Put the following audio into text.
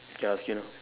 K I ask you now